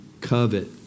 covet